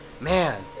Man